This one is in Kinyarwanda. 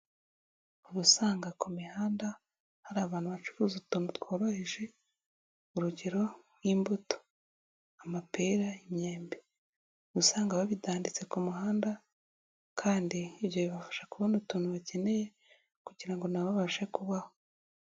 Uba usanga ku mihanda hari abantu bacuruza utuntu tworoheje urugero: nk'imbuto, amapera, imyembe, uba usanga babitanditse ku muhanda kandi ibyo bibafasha kubona utuntu bakeneye kugira ngo na bo babashe kubaho.